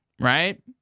Right